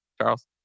Charles